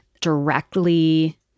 directly